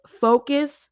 focus